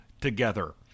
together